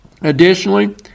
Additionally